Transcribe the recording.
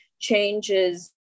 changes